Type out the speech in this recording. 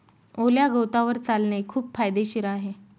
ओल्या गवतावर चालणे खूप फायदेशीर आहे